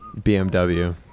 BMW